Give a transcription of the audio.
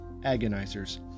agonizers